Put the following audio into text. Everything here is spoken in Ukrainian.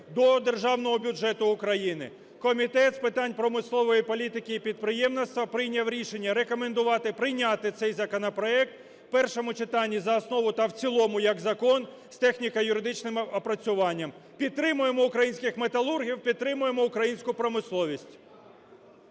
до Державного бюджету України. Комітет з питань промислової політики і підприємництва прийняв рішення рекомендувати прийняти цей законопроект в першому читанні за основу та в цілому як закон з техніко-юридичним опрацюванням. Підтримуємо українських металургів, підтримуємо українську промисловість.